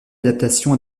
adaptation